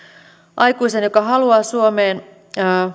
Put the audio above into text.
aikuisen joka haluaa suomeen